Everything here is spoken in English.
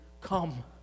come